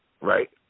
Right